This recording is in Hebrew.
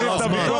בדרך.